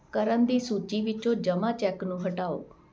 ਕਰਨ ਦੀ ਸੂਚੀ ਵਿੱਚੋਂ ਜਮ੍ਹਾਂ ਚੈੱਕ ਨੂੰ ਹਟਾਓ